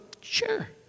sure